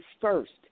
first